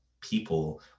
people